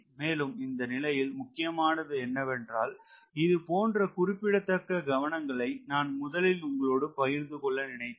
மேலும் இந்த நிலையில் முக்கியமானது என்னவென்றால் இது போன்ற குறிப்பிடத்தக்க கவனங்களை நான் முதலில் உங்களோடு பகிர்ந்து கொள்ள நினைத்தேன்